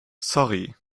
sorry